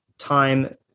time